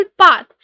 path